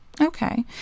Okay